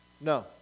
No